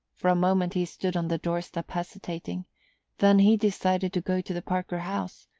for a moment he stood on the door-step hesitating then he decided to go to the parker house.